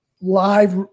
live